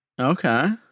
Okay